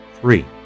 Three